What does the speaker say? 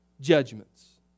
judgments